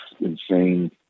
insane